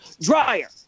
Dryer